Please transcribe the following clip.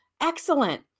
excellent